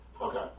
Okay